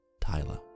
Tyler